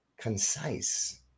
concise